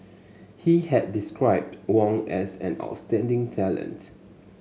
he had described Wang as an outstanding talent